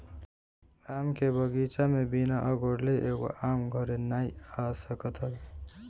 आम के बगीचा में बिना अगोरले एगो आम घरे नाइ आ सकत हवे